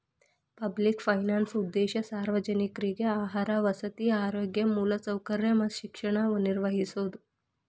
public finance ಉದ್ದೇಶ ಸಾರ್ವಜನಿಕ್ರಿಗೆ ಆಹಾರ ವಸತಿ ಆರೋಗ್ಯ ಮೂಲಸೌಕರ್ಯ ಮತ್ತ ಶಿಕ್ಷಣ ನಿರ್ವಹಿಸೋದ